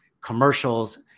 commercials